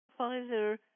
Pfizer